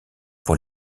pour